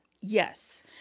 Yes